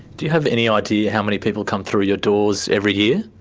do you have any idea how many people come through your doors every year?